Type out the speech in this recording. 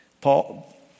Paul